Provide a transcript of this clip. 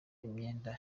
imyenda